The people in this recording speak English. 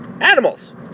animals